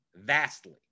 Vastly